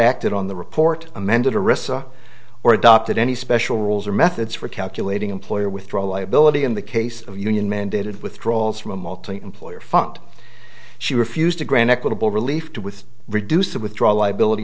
acted on the report amended arista or adopted any special rules or methods for calculating employer withdrawal liability in the case of union mandated withdrawals from a multi employer funked she refused to grant equitable relief to with reduced the withdrawal liability